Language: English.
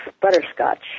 butterscotch